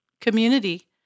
community